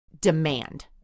demand